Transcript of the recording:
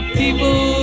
people